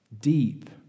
deep